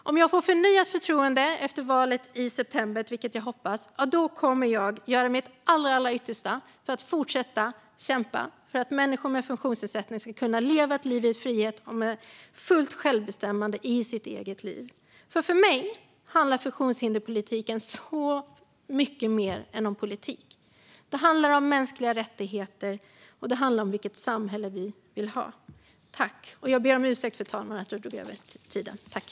Om jag får förnyat förtroende efter valet i september, vilket jag hoppas, kommer jag att göra mitt allra yttersta och fortsätta kämpa för att människor med funktionsnedsättning ska kunna leva ett liv i frihet och med fullt självbestämmande över sitt eget liv. För mig handlar nämligen funktionshinderspolitiken om så mycket mer än politik. Den handlar om mänskliga rättigheter, och den handlar om vilket samhälle vi vill ha. Jag ber om ursäkt för att jag överskred min talartid, fru talman.